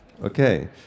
Okay